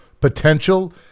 Potential